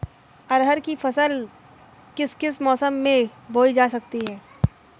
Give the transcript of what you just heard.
अरहर की फसल किस किस मौसम में बोई जा सकती है?